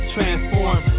Transform